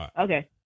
Okay